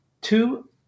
two